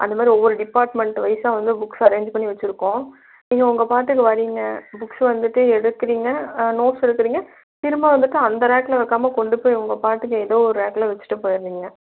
அந்தமாதிரி ஒவ்வொரு டிபார்ட்மெண்ட் வைஸாக வந்து புக்ஸ் அரேன்ஞ் பண்ணி வைச்சிருக்கோம் நீங்கள் உங்க பாட்டுக்கு வர்றீங்க புக்ஸ் வந்துட்டு எடுக்குறிங்க நோட்ஸ் எடுக்குறிங்க திரும்ப வந்துவிட்டு அந்த ரேக்கில் வைக்காமல் கொண்டுப்போய் உங்கள் பாட்டுக்கு எதோ ஒரு ரேக்கில் வைச்சிட்டு போய்டுறீங்க